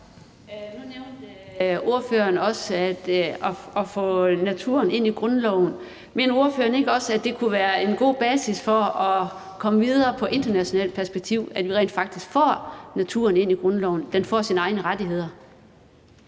Nu nævnte ordføreren også noget om at få naturen ind i grundloven. Mener ordføreren ikke også, at det kunne være en god basis for at komme videre i et internationalt perspektiv, at vi rent faktisk får naturen ind i grundloven, og at den får sine egne rettigheder?